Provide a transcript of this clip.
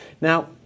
Now